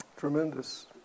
Tremendous